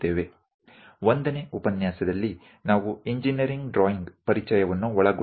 પહેલા વ્યાખ્યાનમાં અમે એન્જિનિયરિંગ ડ્રોઈંગ ના પરિચયને આવરીશું